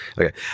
okay